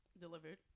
Delivered